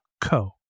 co